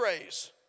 raise